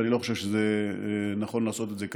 ואני לא חושב שנכון לעשות את זה כאן.